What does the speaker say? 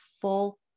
full